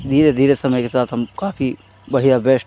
धीरे धीरे समय के साथ हम काफ़ी बढ़ियाँ बेस्ट